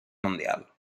mundial